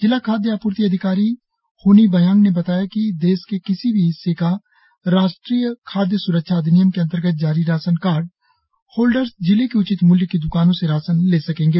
जिला खाद्य आप्रर्ति अधिकारी होनी बायांग ने बताया कि देश के किसी भी हिस्से का राष्ट्रीय खाद्य स्रक्षा अधिनियम के अंतर्गत जारी राशन कार्ड होल्डर्स जिले की उचित मूल्य की द्कानों से राशन ले सकेंगे